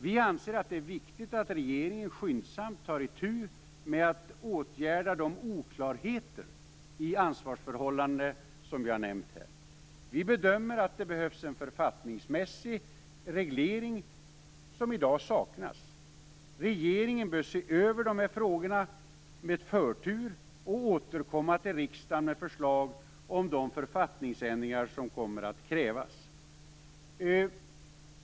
Vi anser att det är viktigt att regeringen skyndsamt tar itu med att åtgärda de oklarheter i ansvarsförhållandena som jag här nämnt. Vi bedömer att det behövs en författningsmässig reglering som i dag saknas. Regeringen bör se över dessa frågor med förtur och återkomma till riksdagen med förslag till de författningsändringar som kommer att krävas.